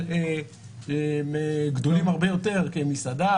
אבל גדולים הרבה יותר כמסעדה,